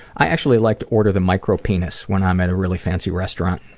i actually like to order the micropenis when i'm at a really fancy restaurant.